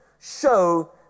show